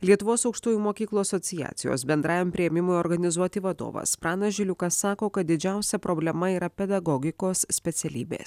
lietuvos aukštųjų mokyklų asociacijos bendrajam priėmimui organizuoti vadovas pranas žiliukas sako kad didžiausia problema yra pedagogikos specialybės